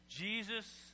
Jesus